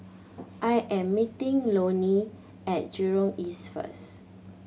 I am meeting Lonnie at Jurong East first